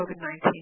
COVID-19